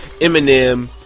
Eminem